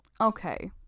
Okay